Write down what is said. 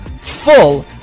full